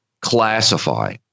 classify